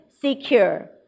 secure